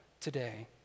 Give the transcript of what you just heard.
today